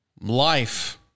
life